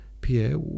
Pierre